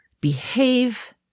Behave